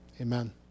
Amen